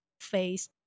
face